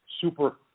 super